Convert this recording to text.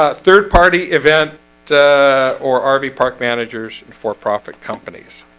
ah third party event or um rv park managers and for-profit companies